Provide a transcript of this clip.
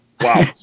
Wow